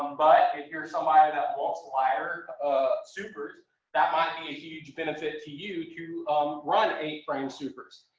but if you're somebody that wants lighter supers that might be a huge benefit to you to run eight frame supers.